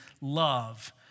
love